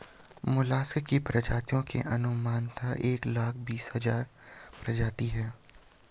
mollusc की प्रजातियों में अनुमानतः एक लाख बीस हज़ार प्रजातियां है